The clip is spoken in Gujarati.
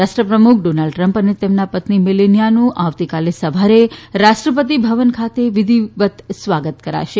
રાષ્ટ્રપ્રમુખ ડોનાલ્ડ ટ્રમ્પ અને તેમના પત્ની મેલેનીયાનું આવતીકાલે સવારે રાષ્ટ્રપતિભવન ખાતે વિધીવત સ્વાગત કરાશે